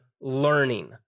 learning